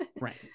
Right